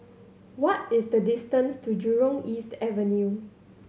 what is the distance to Jurong East Avenue